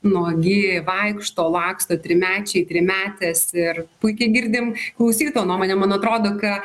nuogi vaikšto laksto trimečiai trimetės ir puikiai girdim klausytojo nuomonę man atrodo kad